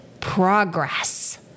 progress